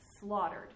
slaughtered